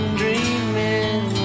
dreaming